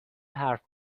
حرف